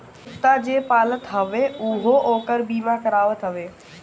कुत्ता जे पालत हवे उहो ओकर बीमा करावत हवे